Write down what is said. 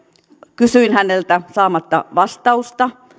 kysyin häneltä saamatta vastausta